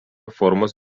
formos